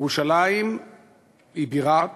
ירושלים היא בירת